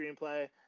screenplay